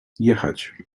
jechać